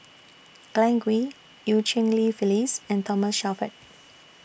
Glen Goei EU Cheng Li Phyllis and Thomas Shelford